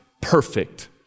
perfect